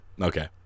Okay